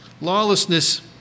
Lawlessness